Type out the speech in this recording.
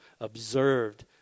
observed